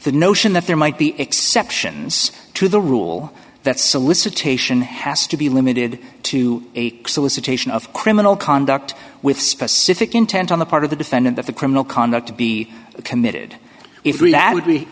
the notion that there might be exceptions to the rule that solicitation has to be limited to a solicitation of criminal conduct with specific intent on the part of the defendant that the criminal conduct to be committed if we would